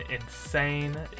insane